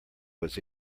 was